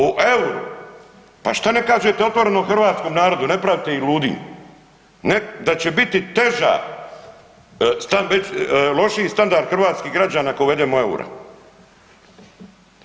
O EUR-u, pa šta ne kažete otvoreno hrvatskom narodu, ne pravite ih ludim, da će biti teža, lošiji standard hrvatskih građana ako uvedemo EUR-e.